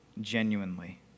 genuinely